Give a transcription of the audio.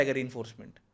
reinforcement